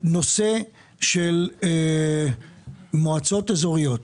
בנושא מועצות אזוריות,